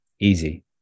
Easy